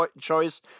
choice